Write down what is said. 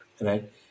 Right